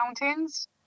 mountains